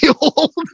old